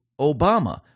Obama